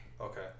okay